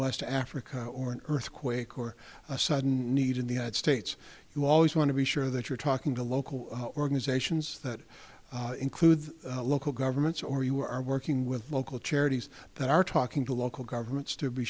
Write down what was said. west africa or an earthquake or a sudden need in the united states you always want to be sure that you're talking to local organizations that include local governments or you are working with local charities that are talking to local governments to be